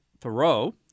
Thoreau